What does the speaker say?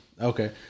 Okay